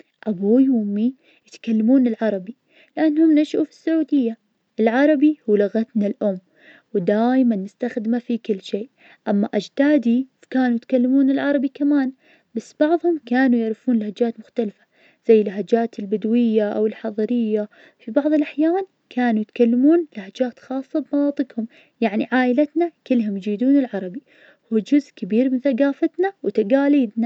أبوي وأمي يتكلمون العربي, لأنهم نشأوا في السعودية, العربي هو لغتنا الأم, ودائماً نستخدمه في كل شيء, أما أجدادي كانوا يتكلمون العربي كمان, بس بعضهم كانوا يعرفون لهجات مختلفة, زي اللهجات البدوية, أو الحضرية في بعض الأحيان كانوا يتكلمون لهجات خاصة بثقافتهم, يعني عائلتنا, كلهم يجيدون العربية, وجزء كبير من ثقافتنا وتقاليدنا.